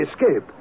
escape